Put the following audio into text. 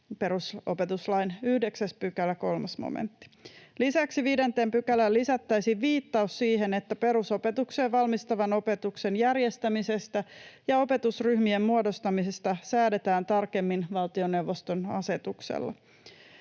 perusopetuslain 9 §:n 3 momentti. Lisäksi 5 §:ään lisättäisiin viittaus siihen, että perusopetukseen valmistavan opetuksen järjestämisestä ja opetusryhmien muodostamisesta säädetään tarkemmin valtioneuvoston asetuksella.